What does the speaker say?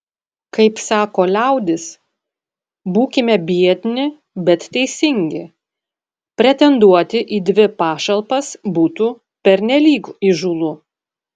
kaip sako liaudis būkime biedni bet teisingi pretenduoti į dvi pašalpas būtų pernelyg įžūlu